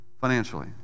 financially